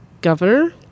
governor